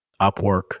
Upwork